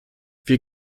wir